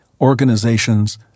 organizations